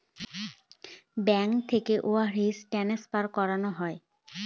bank থেকে wire transfer করানো হয়